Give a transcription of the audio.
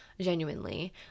genuinely